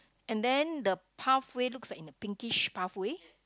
and then the pathway looks like in the pinkish pathway